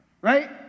right